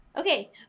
Okay